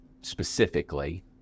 specifically